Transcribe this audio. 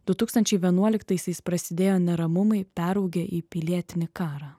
du tūkstančiai vienuoliktaisiais prasidėjo neramumai peraugę į pilietinį karą